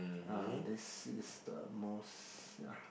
uh this is the most ya